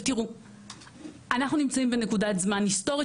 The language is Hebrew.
אנחנו נמצאים בנקודת זמן היסטורית,